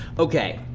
okay,